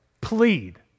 plead